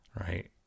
right